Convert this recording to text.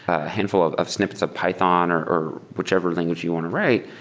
a handful of of snippets of python or or whichever language you want to write,